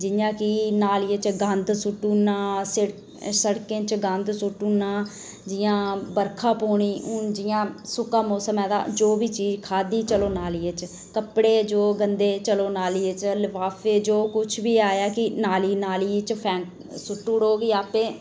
जि'यां कि नालियें च गंद सु'ट्टी ओड़ना सड़कें च गंद सु'ट्टी ओड़ना जि'यां बर्खा पौनी हून जि'यां ना सुक्का मौसम ऐ तां जो बी चीज़ खाद्धी चलो नालियै च कपड़े जो बी सु'ट्टो नालियै च लफाफे जो बी आया कि नाली नाली च फैंको सु'ट्टी ओड़ेओ कि आपें